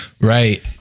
right